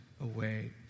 away